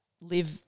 live